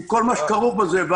עם כל מה שכרוך בזה.